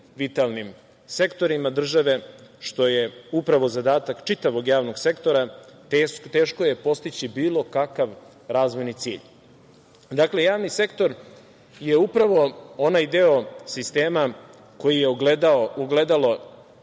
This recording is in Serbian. vitalnim sektorima države, što je upravo zadatak čitavog javnog sektora, teško je postići bilo kakav razvojni cilj. Dakle, javni sektor je upravo je onaj deo sistema koji je ogledalo